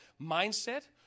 mindset